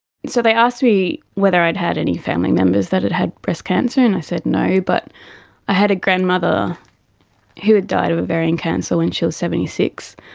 so they asked me whether i'd had any family members that had had breast cancer and i said no, but i had a grandmother who had died of ovarian cancer when she was seventy six.